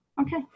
okay